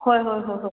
ꯍꯣꯏ ꯍꯣꯏ ꯍꯣꯏ ꯍꯣꯏ